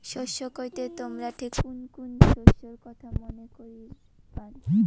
শস্য কইতে তোমরা ঠিক কুন কুন শস্যের কথা মনে করির পান?